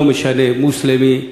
לא משנה אם מוסלמי,